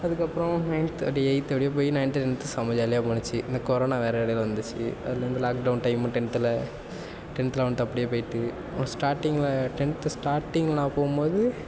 அதுக்கப்புறம் நயன்த் அப்படியே எயித் அப்படியே போய் நயன்த்து டென்த்து செம்ம ஜாலியாக போணுச்சு அந்த கொரோனா வேற இடையில வந்துச்சு அதில் வந்து லாக் டவுன் டைமு டென்த்தில் டென்த்து லெவன்த்து அப்படியே போய்ட்டு அப்புறம் ஸ்டாட்டிங்ல டென்த்து ஸ்டாட்டிங்ல நான் போகும்போது